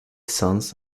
sons